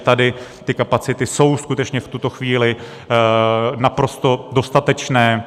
Tady ty kapacity jsou skutečně v tuto chvíli naprosto dostatečné.